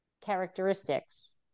characteristics